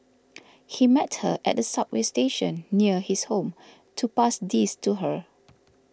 he met her at a subway station near his home to pass these to her